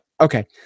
Okay